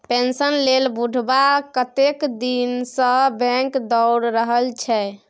pension लेल बुढ़बा कतेक दिनसँ बैंक दौर रहल छै